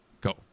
Go